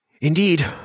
Indeed